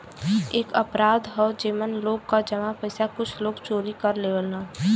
एक अपराध हौ जेमन लोग क जमा पइसा कुछ लोग चोरी कर लेवलन